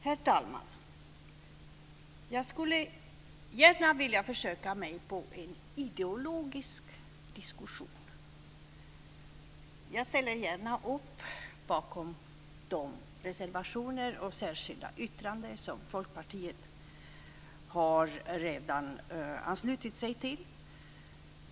Herr talman! Jag skulle gärna vilja försöka mig på en ideologisk diskussion. Jag ställer gärna upp bakom de reservationer och särskilda yttranden som Folkpartiet redan har anslutit sig till.